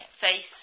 face